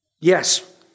Yes